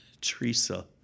Teresa